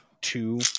two